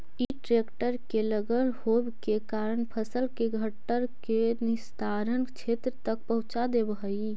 इ ट्रेक्टर से लगल होव के कारण फसल के घट्ठर के निस्तारण क्षेत्र तक पहुँचा देवऽ हई